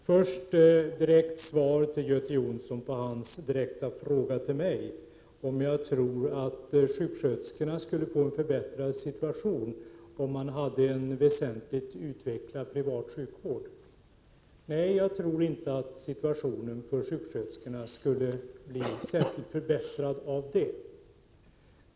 Herr talman! Först ett direkt svar till Göte Jonsson på hans direkta fråga till mig, om jag tror att sjuksköterskorna skulle få en förbättrad situation ifall man hade en väsentligt utvecklad privat sjukvård. Nej, jag tror inte att situationen för sjuksköterskorna skulle bli särskilt mycket bättre av det.